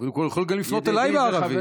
יכול לפנות גם אליי בערבית.